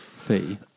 fee